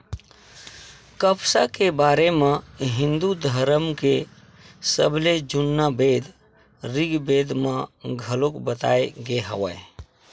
कपसा के बारे म हिंदू धरम के सबले जुन्ना बेद ऋगबेद म घलोक बताए गे हवय